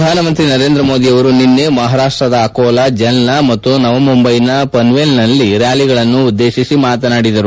ಪ್ರಧಾನಮಂತ್ರಿ ನರೇಂದ್ರ ಮೋದಿ ಅವರು ನಿನ್ನೆ ಮಹಾರಾಷ್ಟ್ಮದ ಅಕೋಲ ಜಲ್ಲಾ ಮತ್ತು ನವಮುಂಬೈನ ಪನ್ವೇಲ್ನಲ್ಲಿ ರ್ಯಾಲಿಗಳನ್ನು ಉದ್ದೇಶಿಸಿ ಮಾತನಾಡಿದರು